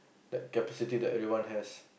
that capacity that everyone has